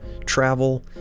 travel